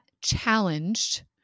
challenged